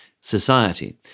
society